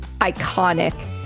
Iconic